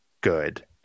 good